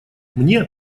мне